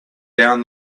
down